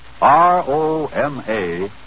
R-O-M-A